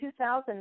2000